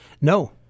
no